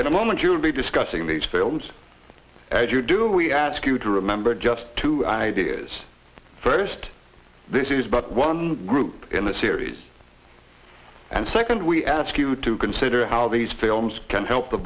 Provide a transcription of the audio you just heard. a moment you'll be discussing these films as you do we ask you to remember just two ideas first this is about one group in the series and second we ask you to consider how these films can help the